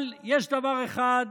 אבל יש דבר אחד